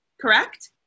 correct